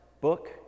book